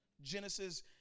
Genesis